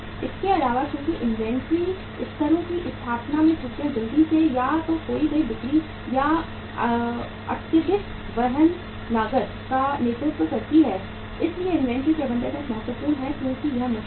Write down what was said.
इसके अलावा चूंकि इन्वेंट्री स्तरों की स्थापना में त्रुटियां जल्दी से या तो खोई हुई बिक्री या अत्यधिक वहन लागत का नेतृत्व करती हैं इसलिए इन्वेंट्री प्रबंधन एक महत्वपूर्ण है क्योंकि यह मुश्किल है